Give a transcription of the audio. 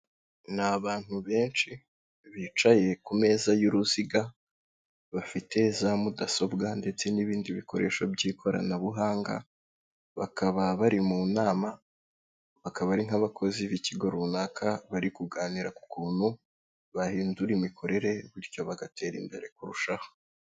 Ni abantu benshi bicaye ku meza y'uruziga, bafite za mudasobwa ndetse n'ibindi bikoresho by'ikoranabuhanga, bakaba bari mu nama, bakaba ari nk'abakozi b'ikigo runaka bari kuganira ku kuntu bahindura imikorere, bityo bagatera imbere kurushaho.